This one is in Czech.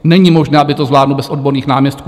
Není možné, aby to zvládl bez odborných náměstků.